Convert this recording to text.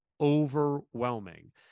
overwhelming